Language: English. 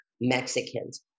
Mexicans